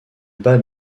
bat